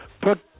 Put